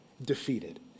defeated